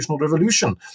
revolution